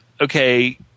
okay